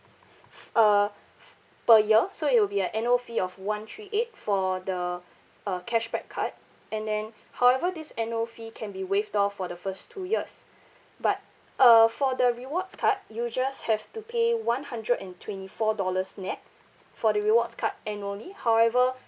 uh per year so it will be a annual fee of one three eight for the uh cashback card and then however this annual fee can be waived off for the first two years but uh for the rewards card you just have to pay one hundred and twenty four dollars nett for the rewards card annually however